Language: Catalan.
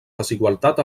desigualtat